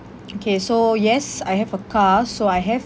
okay so yes I have a car so I have